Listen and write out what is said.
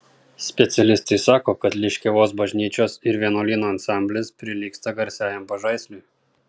specialistai sako kad liškiavos bažnyčios ir vienuolyno ansamblis prilygsta garsiajam pažaisliui